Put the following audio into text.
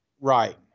right